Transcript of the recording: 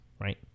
Right